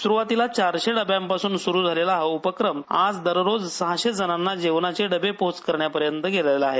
सुरुवातीला चारशे डब्यापासून सुरू झालेला हा उपक्रम आज दररोज सहाशे जणांना जेवणाचे डबे पोहोचकरण्यापर्यंत गेलेला आहे